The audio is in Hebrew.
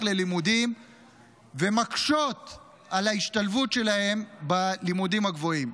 ללימודים ומקשות על ההשתלבות שלהם בלימודים הגבוהים.